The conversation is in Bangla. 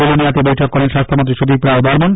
বিলনিয়াতে বৈঠক করেন স্বাস্থ্যমন্ত্রী সুদীপ রায় বর্মন